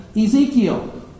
Ezekiel